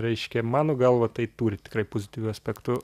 reiškia mano galva tai turi tikrai pozityvių aspektų